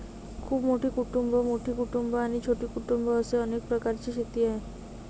खूप मोठी कुटुंबं, मोठी कुटुंबं आणि छोटी कुटुंबं असे अनेक प्रकारची शेती आहे